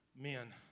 men